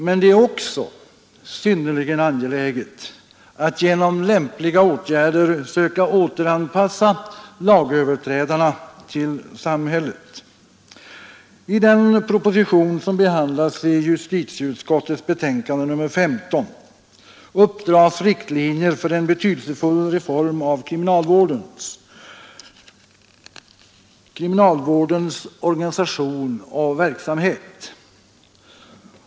Men det är också synnerligen angeläget att genom lämpliga åtgärder söka återanpassa lagöverträdarna till samhället. I den proposition som behandlas i justitieutskottets betänkande nr 15 uppdras riktlinjer för en betydelsefull reform av kriminalvårdens organisation och verksamhet.